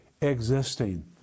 existing